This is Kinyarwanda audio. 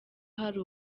hari